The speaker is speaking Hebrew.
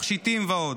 תכשיטים ועוד.